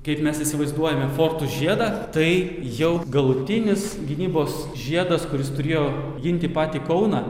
kaip mes įsivaizduojame fortų žiedą tai jau galutinis gynybos žiedas kuris turėjo ginti patį kauną